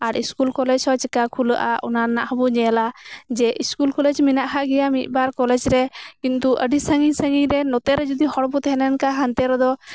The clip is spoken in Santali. ᱟᱨ ᱤᱥᱠᱩᱞ ᱠᱚᱞᱮᱡᱽ ᱦᱚᱸ ᱪᱤᱠᱟ ᱠᱷᱩᱞᱟᱹᱜᱼᱟ ᱚᱱᱟ ᱨᱮᱱᱟᱜ ᱦᱚᱸᱵᱚ ᱧᱮᱞᱟ ᱡᱮ ᱤᱥᱠᱩᱞ ᱠᱚᱞᱮᱡᱽ ᱢᱮᱱᱟᱜ ᱟᱠᱟᱫ ᱜᱮᱭᱟ ᱢᱤᱫ ᱵᱟᱨ ᱠᱚᱞᱮᱡᱽ ᱨᱮ ᱠᱤᱱᱛᱩ ᱟᱹᱰᱤ ᱥᱟᱸᱜᱤᱧ ᱥᱟᱸᱜᱤᱧ ᱱᱚᱛᱮ ᱨᱮ ᱡᱩᱫᱤ ᱦᱚᱲ ᱵᱚ ᱛᱟᱦᱮᱸ ᱞᱮᱱ ᱠᱷᱟᱡ ᱦᱟᱱᱛᱮ ᱨᱮᱫᱚ